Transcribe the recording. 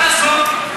מה לעשות,